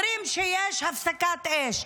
אומרים שיש הפסקת אש.